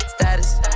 Status